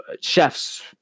chefs